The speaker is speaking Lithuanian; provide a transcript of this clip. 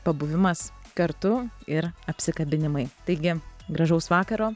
pabuvimas kartu ir apsikabinimai taigi gražaus vakaro